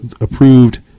approved